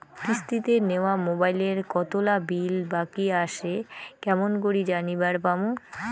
কিস্তিতে নেওয়া মোবাইলের কতোলা বিল বাকি আসে কেমন করি জানিবার পামু?